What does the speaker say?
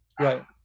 Right